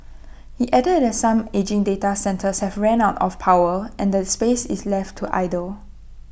he added that some ageing data centres have ran out of power and the space is left to idle